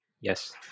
Yes